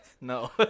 No